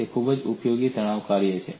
તે ખૂબ જ ઉપયોગી તણાવ કાર્ય છે